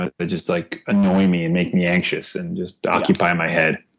but but just like annoying me and make me anxious and just occupy my head.